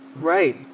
right